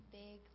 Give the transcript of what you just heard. big